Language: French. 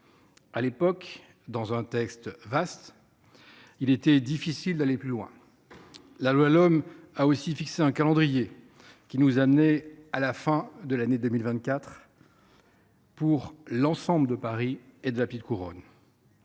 À l’époque, dans un texte vaste, il était difficile d’aller plus loin. La loi LOM a également fixé un calendrier jusqu’à la fin de l’année 2024 pour l’ensemble de Paris et de la petite couronne.